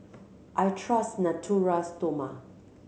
I trust Natura Stoma